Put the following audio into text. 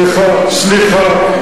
סליחה, סליחה.